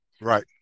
right